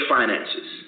finances